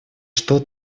что